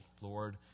Lord